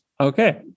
Okay